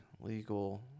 legal